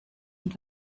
und